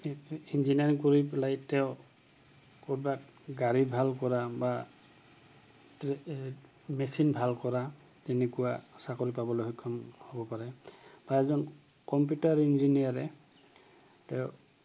engineering কৰি পেলাই তেওঁ ক'ৰবাত গাড়ী ভাল কৰা বা মেচিন ভাল কৰা তেনেকুৱা চাকৰি পাবলৈ সক্ষম হ'ব পাৰে বা এজন কম্পিউটাৰ ইঞ্জিনিয়াৰে তেওঁ